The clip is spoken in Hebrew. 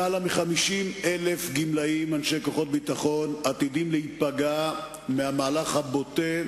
למעלה מ-50,000 גמלאים אנשי כוחות הביטחון עתידים להיפגע מהמהלך הבוטה,